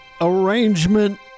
arrangement